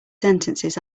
sentences